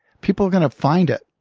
people are going to find it.